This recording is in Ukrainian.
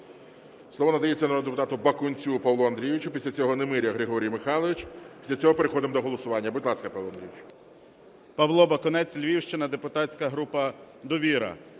Слово надається народному депутату Бакунцю Павлу Андрійовичу, після цього Немиря Григорій Михайлович, після цього переходимо до голосування. Будь ласка, Павло Андрійович. 11:41:03 БАКУНЕЦЬ П.А. Павло Бакунець, Львівщина, депутатська група "Довіра".